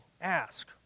ask